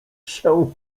się